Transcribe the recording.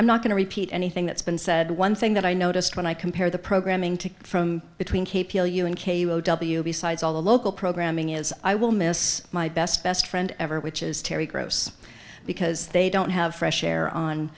i'm not going to repeat anything that's been said one thing that i noticed when i compare the programming to from between k p l u n k w besides all the local programming is i will miss my best best friend ever which is terry gross because they don't have fresh air on